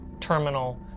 terminal